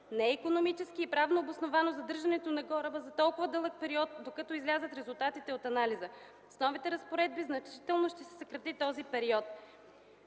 Не е икономически и правно обосновано задържането на кораба за толкова дълъг период, докато излязат резултатите от анализа. С новите разпоредби значително ще се съкрати този период.